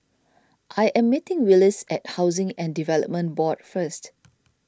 I am meeting Willis at Housing and Development Board First